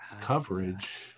coverage